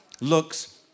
looks